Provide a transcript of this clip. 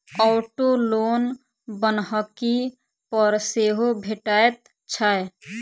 auto loan बन्हकी पर सेहो भेटैत छै